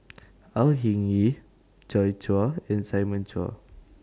Au Hing Yee Joi Chua and Simon Chua